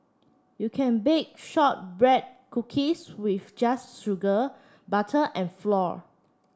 you can bake shortbread cookies with just sugar butter and flour